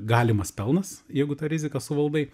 galimas pelnas jeigu tą riziką suvaldai